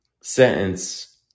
sentence